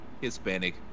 Hispanic